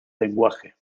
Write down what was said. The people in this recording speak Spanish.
lenguaje